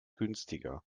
günstiger